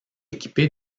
équipé